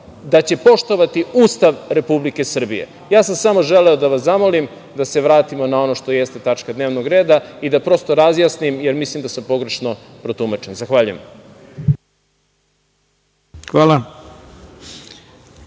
da će poštovati Ustav Republike Srbije. Samo sam želeo da vas zamolim da se vratimo na ono što jeste tačka dnevnog reda i da prosto razjasnim, jer mislim da sam pogrešno protumačen. Zahvaljujem. **Ivica